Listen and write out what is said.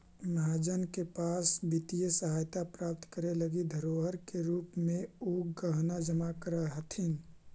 महाजन के पास वित्तीय सहायता प्राप्त करे लगी धरोहर के रूप में उ गहना जमा करऽ हथि